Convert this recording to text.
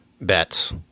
bets